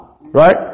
right